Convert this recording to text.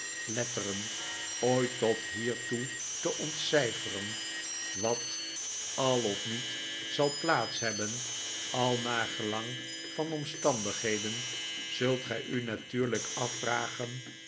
letteren ooit tot hiertoe te ontcijferen wat al of niet zal plaats hebben al naar gelang van omstandigheden zult gij u natuurlijk afvragen